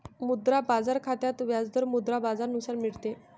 मुद्रा बाजार खात्यात व्याज दर मुद्रा बाजारानुसार मिळते